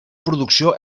producció